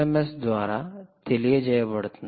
yes ద్వారా తెలియజేయబడుతుంది